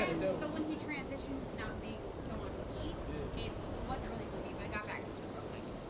ah you know but when he transitioned to not being so on beat it wasn't really for me but i got back into real quick.